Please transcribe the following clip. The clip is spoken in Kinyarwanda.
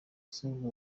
saint